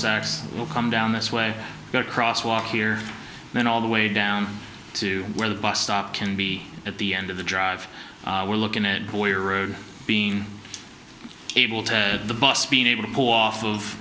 sacs come down this way or cross walk here then all the way down to where the bus stop can be at the end of the drive we're looking at boyer road being cable to the bus being able to pull off of